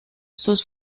sus